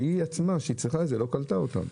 והיא עצמה שהיא צריכה את זה לא קלטה אותן.